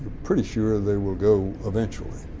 pretty sure they will go eventually.